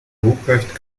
ruprecht